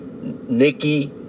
Nikki